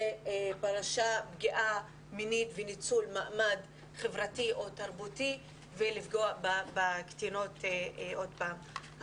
זו פגיעה מינית וניצול מעמד חברתי או תרבותי ולפגוע בקטינות עוד פעם.